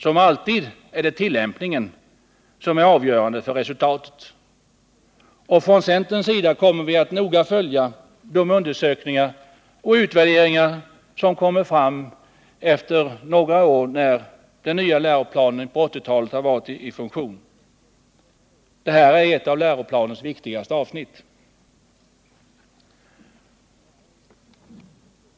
Som alltid är det tillämpningen som är avgörande för resultatet. Centern kommer att noga följa de undersökningar och utvärderingar som kommer fram några år efter det att den nya läroplanen på 1980-talet har trätt i funktion. Det här är ett av läroplanens viktigaste avsnitt.